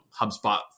HubSpot